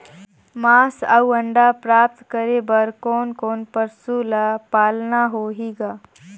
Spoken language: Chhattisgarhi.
मांस अउ अंडा प्राप्त करे बर कोन कोन पशु ल पालना होही ग?